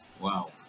Wow